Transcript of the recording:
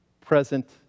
present